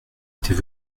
était